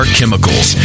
Chemicals